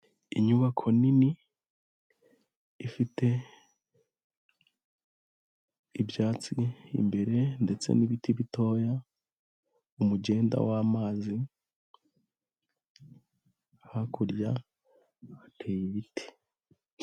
Inyubako nini ifite ibyatsi imbere ndetse nibiti bitoya, umugenda w'amazi, hakurya hateye ibiti.